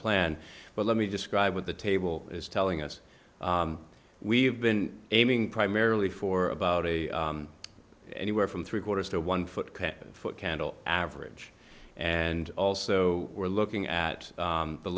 plan but let me describe what the table is telling us we've been aiming primarily for about a anywhere from three quarters to one foot foot candle average and also we're looking at